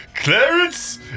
Clarence